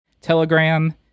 Telegram